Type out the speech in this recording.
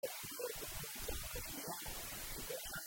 נתחיל בערב, תאכלו מצות והשניה שכל שעה…